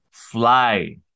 fly